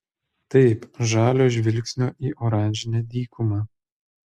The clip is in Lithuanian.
taip žalio žvilgsnio į oranžinę dykumą